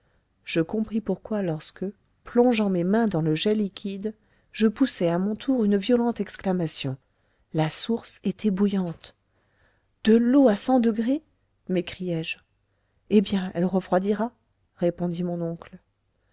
je compris pourquoi lorsque plongeant mes mains dans le jet liquide je poussai à mon tour une violente exclamation la source était bouillante de l'eau à cent degrés m'écriai-je eh bien elle refroidira répondit mon oncle